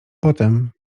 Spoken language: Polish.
potem